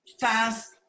fast